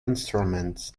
instruments